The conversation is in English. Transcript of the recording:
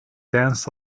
danced